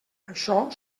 això